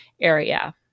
area